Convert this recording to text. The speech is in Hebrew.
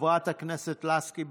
חברת הכנסת לסקי,